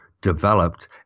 developed